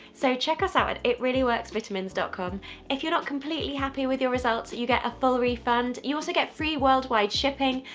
so check us out at itreallyworksvitamins dot com if you're not completely happy with your results you get a full refund you also get free worldwide shipping!